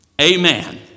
Amen